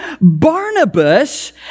Barnabas